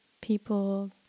people